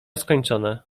skończone